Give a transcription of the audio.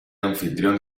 anfitrión